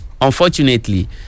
Unfortunately